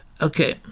Okay